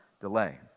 delay